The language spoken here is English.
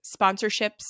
sponsorships